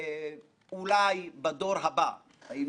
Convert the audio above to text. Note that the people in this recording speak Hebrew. המערכת הבנקאית וגם בקרב הרגולטורים.